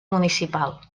municipal